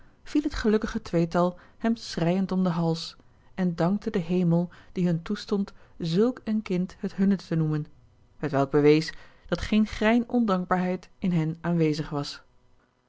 viel het gelukkige tweetal hem schreijend om den hals en dankte den hemel die hun toestond zulk een kind het hunne te noemen hetwelk bewees dat geen grein ondankbaarheid in hen aanwezig was